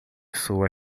sua